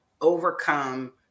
overcome